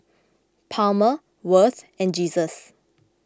Palmer Worth and Jesus